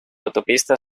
autopista